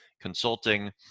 consulting